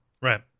Right